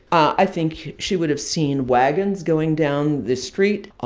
i think she would have seen wagons going down the street,